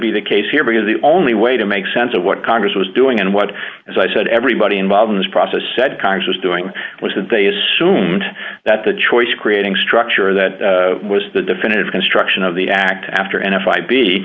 be the case here because the only way to make sense of what congress was doing and what as i said everybody involved in this process said congress was doing was that they assumed that the choice of creating structure that was the definitive construction of the act after n f i b